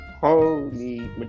Holy